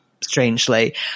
Strangely